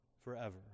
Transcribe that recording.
forever